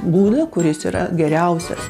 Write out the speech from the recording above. būdą kuris yra geriausias